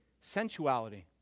sensuality